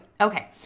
Okay